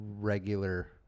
regular